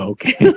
Okay